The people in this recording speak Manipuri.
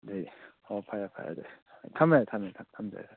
ꯑꯗꯨꯏꯗꯤ ꯍꯣꯏ ꯐꯔꯦ ꯐꯔꯦ ꯑꯗꯨꯗꯤ ꯑꯩ ꯊꯝꯃꯦ ꯊꯝꯃꯦ ꯊꯝꯖꯔꯦ